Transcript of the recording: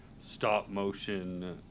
stop-motion